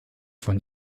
von